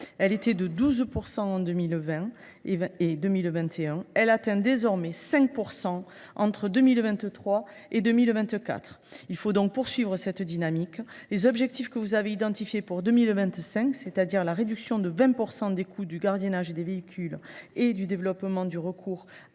elle était de 12 % entre 2020 et 2021 ; elle se limite à 5 % entre 2023 et 2024. Il faut poursuivre cette dynamique. Les objectifs que vous avez identifiés pour 2025, à savoir la réduction de 20 % des coûts du gardiennage de véhicules et le développement du recours à la